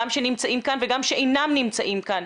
גם שנמצאים כאן וגם שאינם נמצאים כאן,